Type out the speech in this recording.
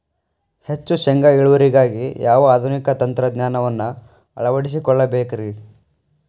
ಹೆಚ್ಚು ಶೇಂಗಾ ಇಳುವರಿಗಾಗಿ ಯಾವ ಆಧುನಿಕ ತಂತ್ರಜ್ಞಾನವನ್ನ ಅಳವಡಿಸಿಕೊಳ್ಳಬೇಕರೇ?